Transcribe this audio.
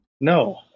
No